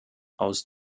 aus